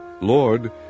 Lord